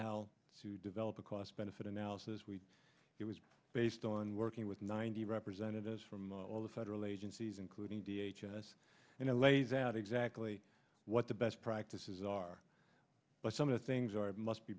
while to develop a cost benefit analysis we it was based on working with ninety representatives from all the federal agencies including d h s and it lays out exactly what the best practices are but some of the things are must be